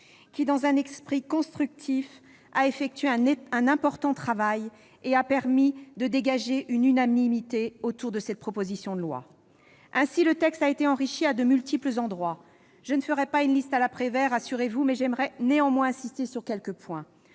qui, dans un esprit constructif, a effectué un important travail et a permis de dégager une unanimité autour de cette proposition de loi. Ainsi, le texte a été enrichi à de multiples endroits. Je ne ferai pas une liste à la Prévert, mais j'aimerais néanmoins insister sur plusieurs points.